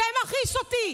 זה מכעיס אותי.